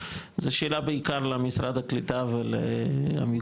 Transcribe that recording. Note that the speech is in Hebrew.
זה שאלה בעיקר למשרד הקליטה ולעמיגור,